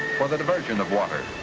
for the diversion of water,